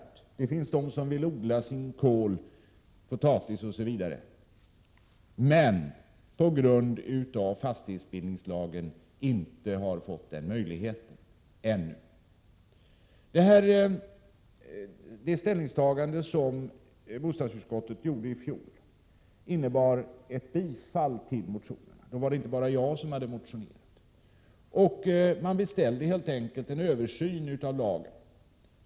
Dessutom finns det personer som själva vill odla sin kål, potatis osv. men som på grund av fastighetsbildningslagen ännu inte har fått den möjligheten. Det ställningstagande som bostadsutskottet gjorde i fjol innebar ett tillstyrkande av väckta motioner. Jag vill tillägga att det inte bara var jag som hade motionerat. Man beställde helt enkelt en översyn av lagen.